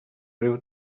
riu